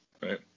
Right